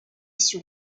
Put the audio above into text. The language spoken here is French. sur